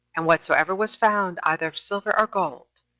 and whatsoever was found, either of silver or gold,